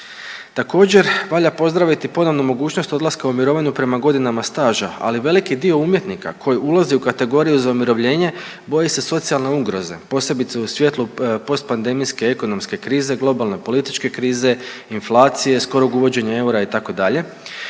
Također valja pozdraviti ponovno mogućnost odlaska u mirovinu prema godinama staža, ali veliki dio umjetnika koji ulazi u kategoriju za umirovljenje boji se socijalne ugroze, posebice u svjetlu post pandemijske ekonomske krize, globalne političke krize, inflacije, skorog uvođenja eura itd.